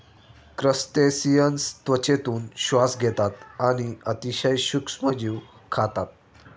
crustaceans त्वचेतून श्वास घेतात आणि अतिशय सूक्ष्म जीव खातात